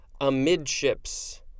amidships